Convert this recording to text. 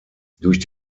durch